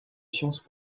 sciences